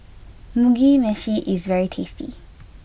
Mugi Meshi is very tasty